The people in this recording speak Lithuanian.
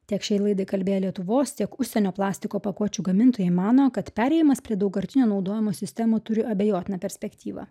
tiek šiai laidai kalbėję lietuvos tiek užsienio plastiko pakuočių gamintojai mano kad perėjimas prie daugkartinio naudojimo sistemų turi abejotiną perspektyvą